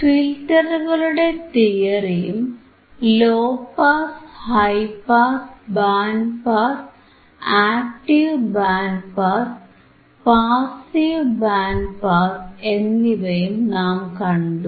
ഫിൽറ്ററുകളുടെ തിയറിയും low pass high pass band pass active band pass passive band pass എന്നിവയും നാം കണ്ടു